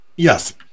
Yes